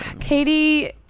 Katie